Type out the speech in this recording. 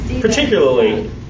particularly